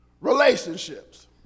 relationships